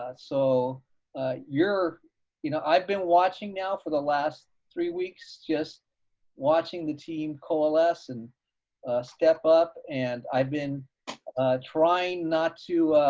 so you know, i've been watching now for the last three weeks, just watching the team coalesce and step up and i've been trying not to